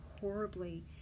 horribly